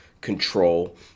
control